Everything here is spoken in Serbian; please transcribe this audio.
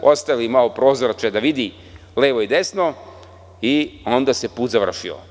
Ostavili su malo prozorče da vidi levo i desno i onda se put završio.